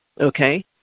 Okay